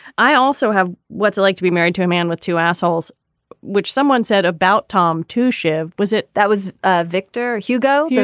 i also have. what's it like to be married to a man with two assholes which someone said about tom to shiv was it. that was ah victor hugo. but